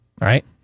right